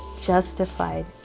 Justified